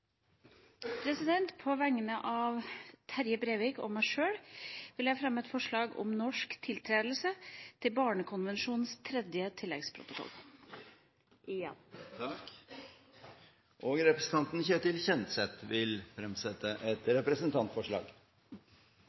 På vegne av Terje Breivik og meg selv vil jeg fremmet forslag om norsk tiltredelse til barnekonvensjonens tredje tilleggsprotokoll – igjen. Representanten Ketil Kjenseth vil fremsette et representantforslag.